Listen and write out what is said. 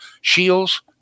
Shields